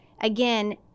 again